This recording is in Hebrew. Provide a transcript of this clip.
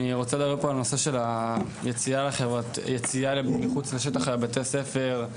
אני רוצה לדבר פה על הנושא של היציאה מחוץ לשטח בבתי הספר,